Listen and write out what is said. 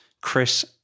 Chris